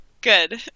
Good